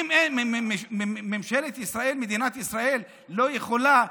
האם ממשלת ישראל, מדינת ישראל, לא יכולה,